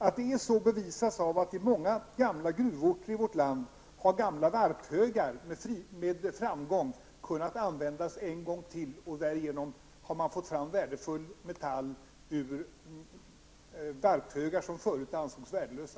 Att det är så bevisas av att man i många gamla gruvorter i vårt land med framgång har kunnat använda gamla varphögar en gång till. Därigenom har man fått fram värdefull metall ur varphögar som förut ansågs värdelösa.